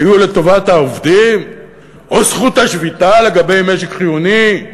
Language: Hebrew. היו לטובת העובדים או זכות השביתה לגבי משק חיוני,